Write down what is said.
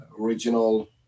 original